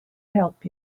help